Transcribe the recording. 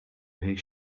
his